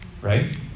Right